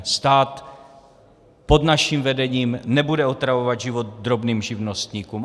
Stát pod naším vedením nebude otravovat život drobným živnostníkům.